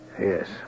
Yes